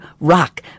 ROCK